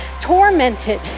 tormented